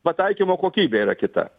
pataikymo kokybė yra kita